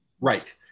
Right